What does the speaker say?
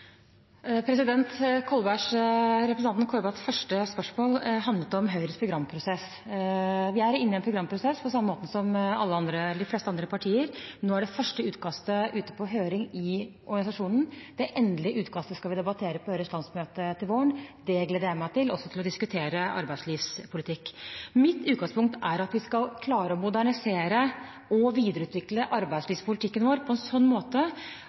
Representanten Kolbergs første spørsmål handlet om Høyres programprosess. Vi er inne i en programprosess, på samme måte som de fleste andre partier. Nå er det første utkastet ute på høring i organisasjonen. Det endelige utkastet skal vi debattere på Høyres landsmøte til våren. Det gleder jeg meg til – og til å diskutere arbeidslivspolitikk. Mitt utgangspunkt er at vi skal klare å modernisere og videreutvikle arbeidslivspolitikken vår på en slik måte